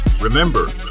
Remember